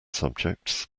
subjects